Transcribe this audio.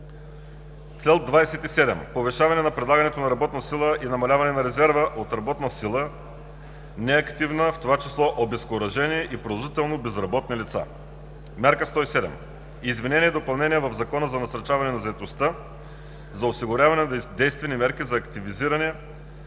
Цел 27: Повишаване на предлагането на работна сила и намаляване на „резерва“ от работна сила (неактивни, в това число обезкуражени и продължително безработни лица)“. Мярка 107: Изменения и допълнения в Закона за насърчаване на заетостта за осигуряване на действени мерки за активиране